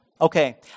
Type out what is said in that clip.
Okay